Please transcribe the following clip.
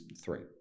Three